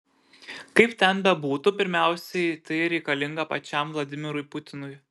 kaip ten bebūtų pirmiausiai tai reikalinga pačiam vladimirui putinui